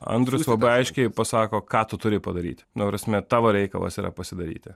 andrius labai aiškiai pasako ką tu turi padaryti ta prasme tavo reikalas yra pasidaryti